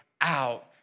out